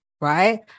right